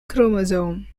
chromosome